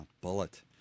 Bullet